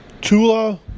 Tula